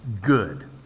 good